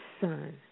son